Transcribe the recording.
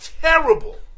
terrible